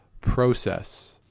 process